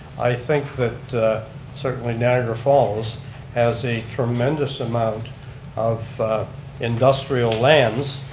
i think that certainly niagara falls has a tremendous amount of industrial lands,